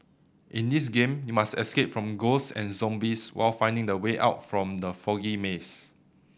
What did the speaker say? in this game you must escape from ghosts and zombies while finding the way out from the foggy maze